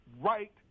right